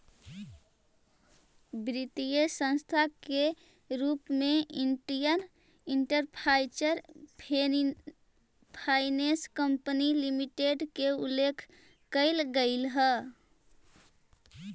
वित्तीय संस्था के रूप में Indian infrastructure finance company limited के उल्लेख कैल गेले हइ